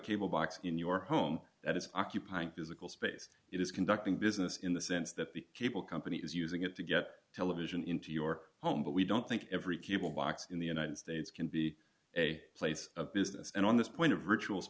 cable box in your home that is occupying physical space it is conducting business in the sense that the cable company is using it to get television into your home but we don't think every cuban box in the united states can be a place of business and on this point of ritual